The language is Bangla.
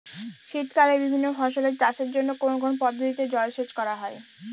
শীতকালে বিভিন্ন ফসলের চাষের জন্য কোন কোন পদ্ধতিতে জলসেচ করা হয়?